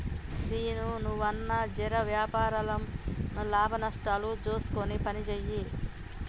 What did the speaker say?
సీనూ, నువ్వన్నా జెర వ్యాపారంల లాభనష్టాలు జూస్కొని పనిజేయి